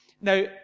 Now